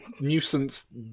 nuisance